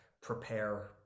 Prepare